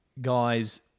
guys